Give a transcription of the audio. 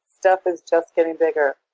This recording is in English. stuff is just getting bigger.